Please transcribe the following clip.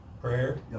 prayer